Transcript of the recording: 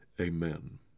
Amen